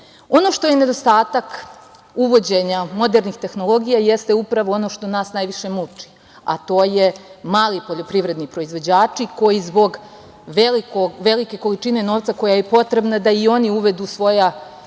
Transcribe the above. što je nedostatak uvođenja modernih tehnologija jeste upravo ono što nas najviše muči, a to su mali poljoprivredni proizvođači koji zbog velike količine novca koja je potrebna da i oni uvedu svoja